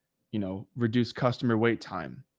you know, reduce customer wait time.